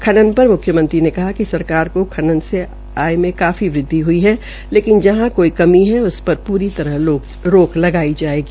खनन पर मुख्यमंत्री ने कहा कि सरकार को खनन से आय में काफी वृद्वि हुई है लेकिन जहां कोई कमी है उस पर पूरी तरह रोक लगाई जायेगी